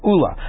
Ula